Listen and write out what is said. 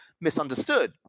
misunderstood